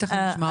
תכף נשמע אותם.